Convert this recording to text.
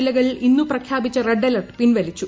ജില്ലകളിൽ ഇന്നു പ്രഖ്യാപിച്ച റെഡ് അലർട്ട് പിൻവലിച്ചു